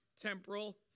temporal